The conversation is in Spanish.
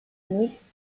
luis